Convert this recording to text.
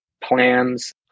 plans